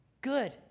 good